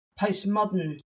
postmodern